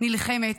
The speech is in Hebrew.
נלחמת,